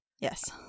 Yes